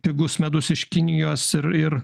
pigus medus iš kinijos ir ir